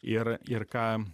ir ir ką